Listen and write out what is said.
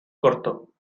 corto